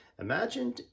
Imagine